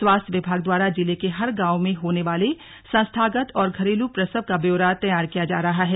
स्वास्थ्य विभाग द्वारा जिले के हर गांव में होने वाले संस्थागत और घरेलू प्रसव का ब्योरा तैयार किया जाता है